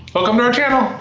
welcome to our channel.